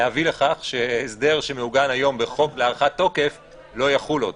להביא לכך שהסדר שמעוגן היום בחוק להארכת תוקף לא יחול עוד.